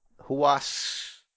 Huas